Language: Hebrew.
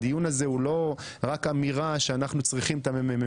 הדיון הזה הוא לא רק אמירה שאנחנו צריכים את המ.מ.מ.